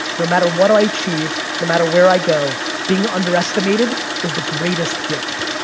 no matter what i achieve, no matter where i go, being underestimated is the greatest gift.